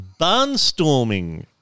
barnstorming